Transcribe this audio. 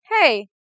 hey